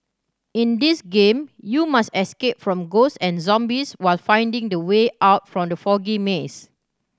in this game you must escape from ghost and zombies while finding the way out from the foggy maze